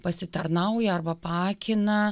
pasitarnauja arba paakina